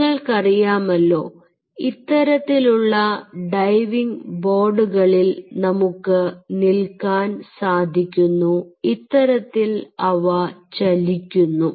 നിങ്ങൾക്കറിയാമല്ലോ ഇത്തരത്തിലുള്ള ഡൈവിംഗ് ബോർഡുകളിൽ നമുക്ക് നിൽക്കാൻ സാധിക്കുന്നു ഇത്തരത്തിൽ അവ ചലിക്കുന്നു